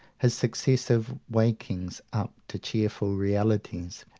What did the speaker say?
his successive wakings up to cheerful realities,